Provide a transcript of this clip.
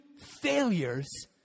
failures